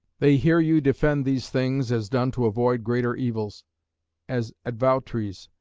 they hear you defend these things, as done to avoid greater evils as advoutries,